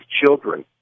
children